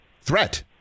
threat